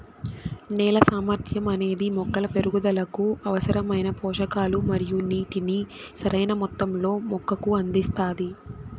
నేల సామర్థ్యం అనేది మొక్కల పెరుగుదలకు అవసరమైన పోషకాలు మరియు నీటిని సరైణ మొత్తంలో మొక్కకు అందిస్తాది